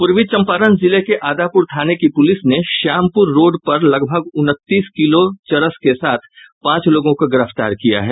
पूर्वी चंपारण जिले में आदापुर थाने की पुलिस ने श्यामपुर रोड पर लगभग उनतीस किलो चरस के साथ पांच लोगों को गिरफ्तार किया है